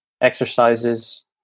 exercises